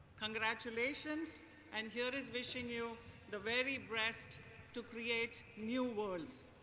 congratulations and here's wishing you the very best to create new worlds.